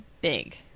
big